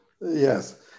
Yes